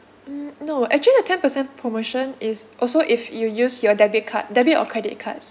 mm no actually the ten percent promotion is also if you use your debit card debit or credit cards